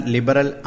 Liberal